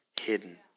hidden